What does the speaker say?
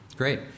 Great